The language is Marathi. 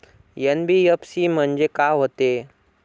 एन.बी.एफ.सी म्हणजे का होते?